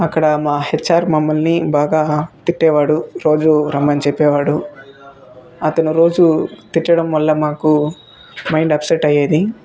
అక్కడ మా హెచ్ఆర్ మమ్మల్ని బాగా తిట్టేవాడు రోజు రమ్మని చెప్పేవాడు అతను రోజు తిట్టడం వల్ల మాకు రోజు మైండ్ అప్సెట్ అయ్యేది